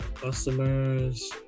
customers